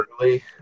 early